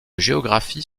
géographie